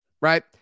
Right